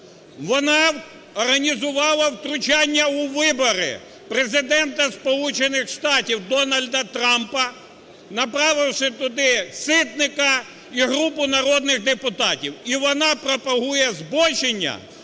Вона організувала втручання у вибори Президента Сполучених Штатів Дональда Трампа, направивши туди Ситника і групу народних депутатів. І вона пропагує збочення